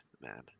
man